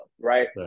right